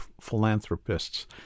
philanthropists